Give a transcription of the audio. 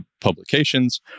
publications